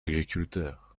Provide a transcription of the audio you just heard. agriculteurs